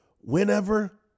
Whenever